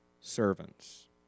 servants